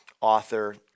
author